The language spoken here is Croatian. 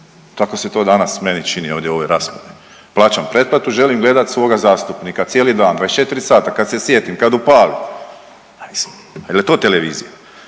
Tako se to danas meni čini ovdje u ovoj raspravi. Plaćam pretplatu želim gledati svoga zastupnika, cijeli dan, 24 sata, kad se sjetim, kad upalim, pa mislim jel je to televizija,